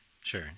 sure